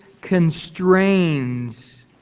constrains